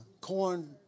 corn